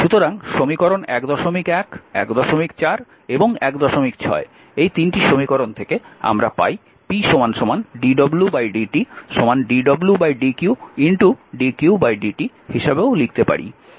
সুতরাং সমীকরণ 11 14 এবং 16 এই তিনটি সমীকরণ থেকে আমরা পাই p dwdt dwdq dqdt হিসাবেও লিখতে পারি